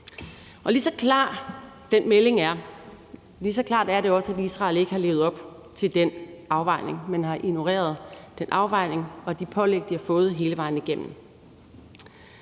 lige så klart er det også, at Israel ikke har levet op til den afvejning. De har ignoreret den afvejning og de pålæg, de har fået hele vejen igennem.